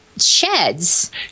sheds